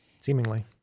Seemingly